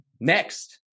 next